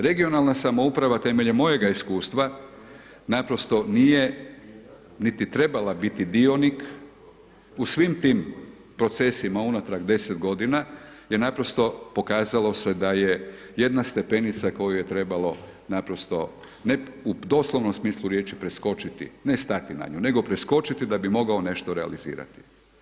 Regionalna samouprava temeljem mojega iskustva, naprosto nije niti trebala biti dionik u svim tim procesima unatrag 10 g. je naprosto pokazalo se da je jedna stepenica koju je trebalo naprosto ne u doslovnom smislu riječi preskočiti, ne stati na nju, nego preskočiti da bi mogao nešto realizirati.